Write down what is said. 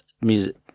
music